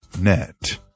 Net